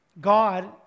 God